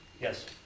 Yes